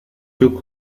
più